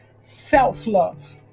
self-love